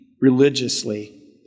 religiously